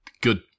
good